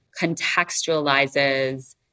contextualizes